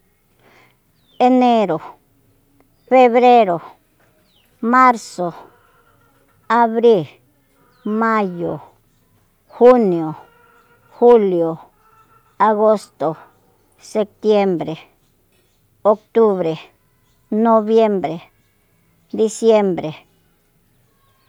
Enero febrero marso abríil mayo junio julio agosto setiembre octubre nobiembre disiembre